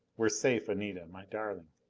we're safe, anita, my darling!